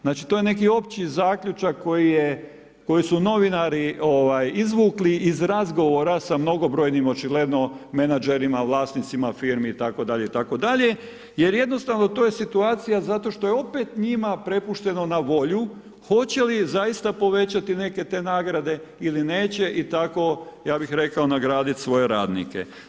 Znači, to je neki opći zaključak koji su novinari, ovaj, izvukli iz razgovora sa mnogobrojnim očigledno menadžerima, vlasnicima firmi itd. jer jednostavno to je situacija zato što je opet njima prepušteno na volje hoće li zaista povećati te neke nagrade ili neće i tako, ja bih rekao, nagraditi svoje radnike.